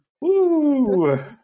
Woo